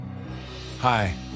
Hi